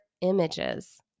images